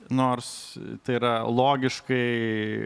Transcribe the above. nors tai yra logiškai